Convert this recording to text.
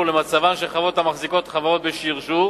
למצבן של חברות המחזיקות חברות בשרשור